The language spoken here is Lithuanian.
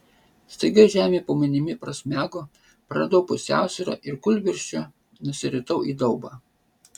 staiga žemė po manimi prasmego praradau pusiausvyrą ir kūlvirsčia nusiritau į daubą